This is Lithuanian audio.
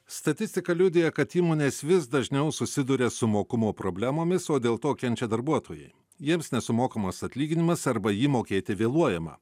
statistika liudija kad įmonės vis dažniau susiduria su mokumo problemomis o dėl to kenčia darbuotojai jiems nesumokamas atlyginimas arba jį mokėti vėluojama